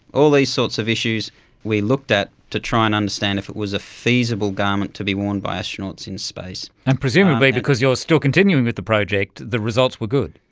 all these sorts of issues we looked at to try and understand if it was a feasible garment to be won by astronauts in space. and presumably because you are still continuing with the project the results were good?